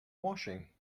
washing